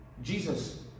Jesus